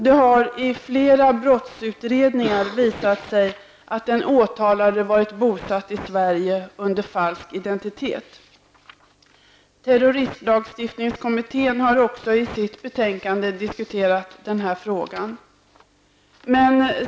Det har i flera brottsutredningar visat sig att den åtalade varit bosatt i Sverige under falsk identitet. Terroristlagstiftningskommittén har också i sitt betänkande diskuterat den här frågan.